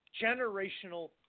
generational